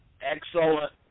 excellent